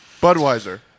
Budweiser